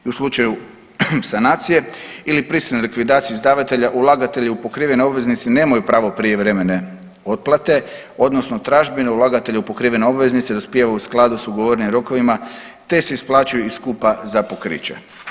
I u slučaju sanacije ili prisilne likvidacije izdavatelja, ulagatelji u pokrivene obveznice nemaju pravo prijevremene otplate odnosno tražbine ulagatelja u pokrivene obveznice dospijeva u skladu sa ugovorenim rokovima te se isplaćuju iz skupa za pokriće.